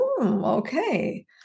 okay